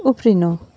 उफ्रिनु